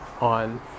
on